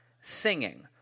singing